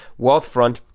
Wealthfront